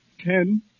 ten